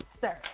sir